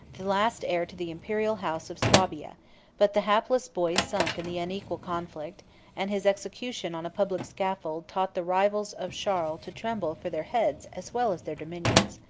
the last heir to the imperial house of swabia but the hapless boy sunk in the unequal conflict and his execution on a public scaffold taught the rivals of charles to tremble for their heads as well as their dominions.